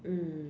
mm